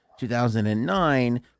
2009